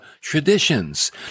traditions